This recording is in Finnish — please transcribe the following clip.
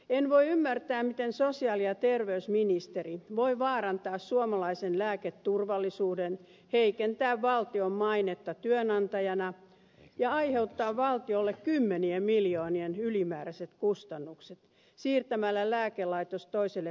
en voi ymmärtää miten sosiaali ja terveysministeri voi vaarantaa suomalaisen lääketurvallisuuden heikentää valtion mainetta työnantajana ja aiheuttaa valtiolle kymmenien miljoonien ylimääräiset kustannukset siirtämällä lääkelaitoksen toiselle paikkakunnalle